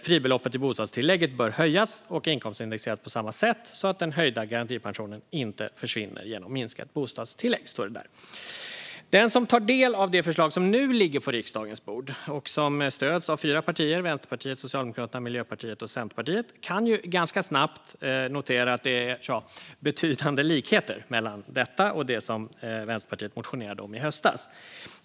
Fribeloppet i bostadstillägget bör höjas och inkomstindexeras på samma sätt så att den höjda garantipensionen inte försvinner genom minskat bostadstillägg." Den som tar del av det förslag som nu ligger på riksdagens bord och som stöds av fyra partier - Vänsterpartiet, Socialdemokraterna, Miljöpartiet och Centerpartiet - kan ju ganska snabbt notera att det finns, tja, betydande likheter mellan detta och det som Vänsterpartiet motionerade om i höstas.